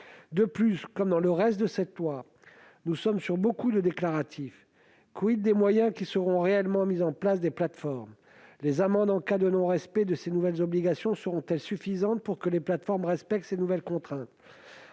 De plus, comme dans le reste de cette loi, il y a beaucoup le déclaratif : des moyens qui seront réellement mis en place par les plateformes ? Les amendes en cas de non-respect de ces nouvelles obligations seront-elles suffisantes pour que les plateformes respectent ces nouvelles contraintes ?